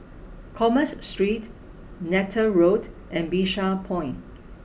Commerce Street Neythal Road and Bishan Point